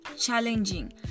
challenging